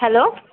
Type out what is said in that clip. hello